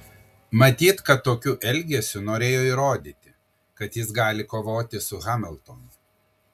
matyt kad tokiu elgesiu norėjo įrodyti kad jis gali kovoti su hamiltonu